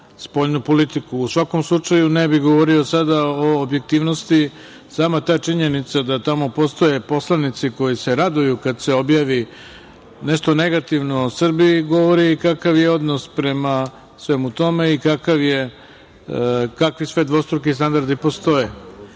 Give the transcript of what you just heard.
svakom slučaju, ne bi govorio sada o objektivnosti. Sama ta činjenica da tamo postoje poslanici koji se raduju kada se objavi nešto negativno o Srbiji, govori kakav je odnos prema svemu tome i kakvi sve dvostruki standardi postoje. Kada